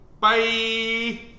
Bye